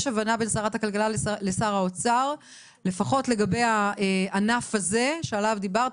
יש הבנה בין שרת הכלכלה לשר האוצר לפחות לגבי הענפים שציינת,